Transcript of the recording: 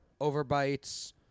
overbites